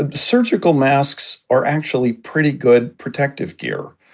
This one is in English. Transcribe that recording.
ah surgical masks are actually pretty good protective gear.